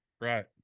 Right